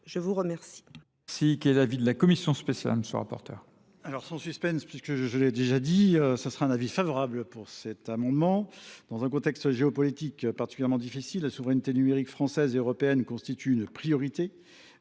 Je vous remercie